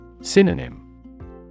Synonym